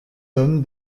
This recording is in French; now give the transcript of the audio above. homme